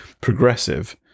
progressive